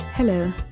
Hello